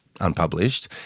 unpublished